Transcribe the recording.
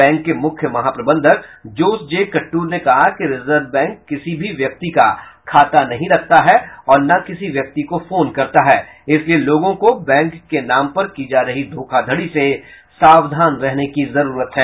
bank के मुख्य महाप्रबंधक जोस जे कद्दूर ने कहा कि रिजर्व बैंक किसी भी व्यक्ति का खाता नहीं रखता है और न किसी व्यक्ति को फोन करता है इसलिये लोगों को बैंक के नाम पर की जा रही धोखाधड़ी से सावधान रहने की जरूरत है